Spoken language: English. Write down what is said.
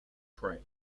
prey